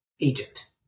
Agent